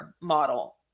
model